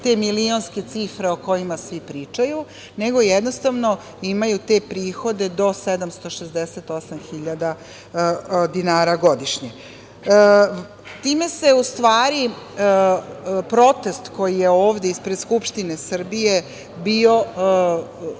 te milionske cifre o kojima svi pričaju, nego imaju te prihode do 768.000 dinara godišnje. Time se, u stvari, protest koji je ovde ispred Skupštine Srbije bio